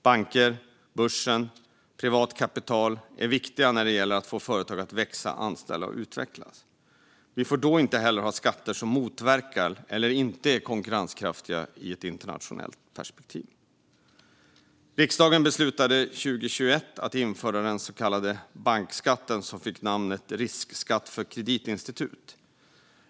Banker, börsen och privat kapital är viktiga när det gäller att få företag att växa, anställa och utvecklas. Vi får då inte ha skatter som motverkar eller inte är konkurrenskraftiga i ett internationellt perspektiv. Riksdagen beslutade 2021 att införa den så kallade bankskatten, som fick namnet riskskatt för kreditinstitut.